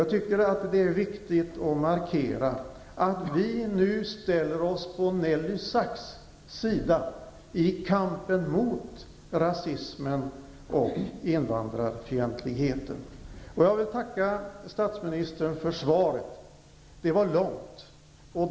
Jag tycker att det är viktigt att markera att vi nu ställer oss på Nelly Sachs sida i kampen mot rasismen och invandrarfientligheten. Jag vill tacka statsministern för svaret. Det var långt.